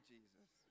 Jesus